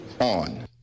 on